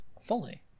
fully